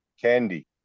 candy